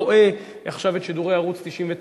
רואה עכשיו את שידורי ערוץ-99.